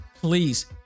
please